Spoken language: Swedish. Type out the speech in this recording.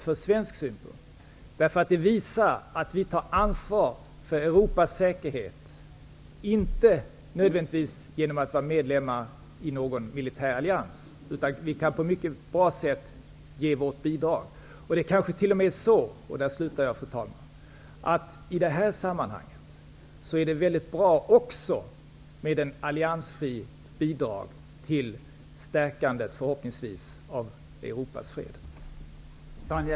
Vårt agerande visar nämligen att vi tar ansvar för Europas säkerhet, inte nödvändigtvis genom att vara medlemmar i någon militär allians, utan vi kan på ett mycket bra sätt ge vårt bidrag. Det är kanske t.o.m. så, fru talman, att det i det här sammanhanget är mycket bra med ett alliansfritt bidrag till, förhoppningsvis, ett stärkande av